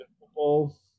football